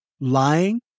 Lying